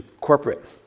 corporate